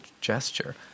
gesture